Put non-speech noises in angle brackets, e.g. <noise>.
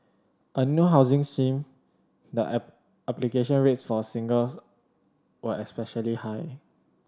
a new housing seem the <unintelligible> application rates for singles were especially high